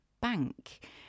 bank